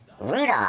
Rudolph